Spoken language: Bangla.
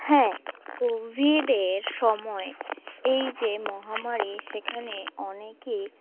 হ্যাঁ কোভিডের সময় এই যে মহামারী সেখানে অনেকই